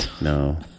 No